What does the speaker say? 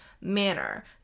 manner